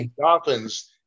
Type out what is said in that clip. Dolphins